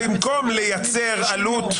במקום לייצר עלות.